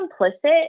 implicit